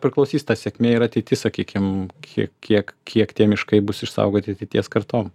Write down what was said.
priklausys ta sėkmė ir ateity sakykim kiek kiek kiek tie miškai bus išsaugoti ateities kartom